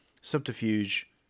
subterfuge